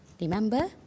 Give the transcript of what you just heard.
Remember